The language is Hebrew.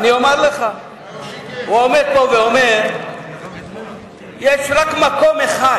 הוא עומד פה ואומר שיש רק מקום אחד